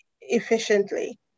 efficiently